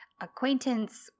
acquaintance